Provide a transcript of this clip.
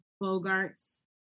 bogart's